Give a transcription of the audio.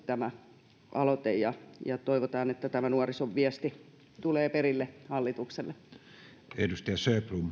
tämä aloite koettiin hyväksi ja toivotaan että tämä nuorison viesti tulee perille hallitukselle